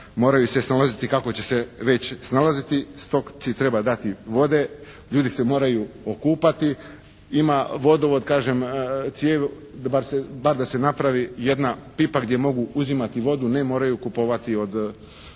moraju se snalaziti kako će se već snalaziti. Stoci treba dati vode. Ljudi se moraju okupati. Njima vodovod kažem, cijev bar da se napravi jedna pipa gdje mogu uzimati vodu, ne moraju kupovati od,